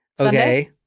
Okay